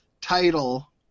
title